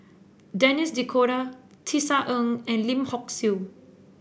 Denis D 'Cotta Tisa Ng and Lim Hock Siew